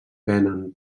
venen